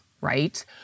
right